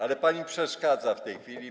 Ale pani przeszkadza w tej chwili.